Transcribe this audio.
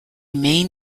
main